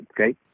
Okay